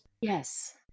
Yes